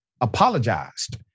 apologized